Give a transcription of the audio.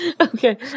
Okay